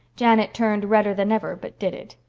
janet turned redder than ever but did it.